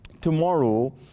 Tomorrow